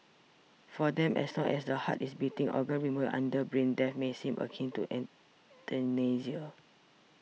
for them as long as the heart is beating organ removal under brain death may seem akin to euthanasia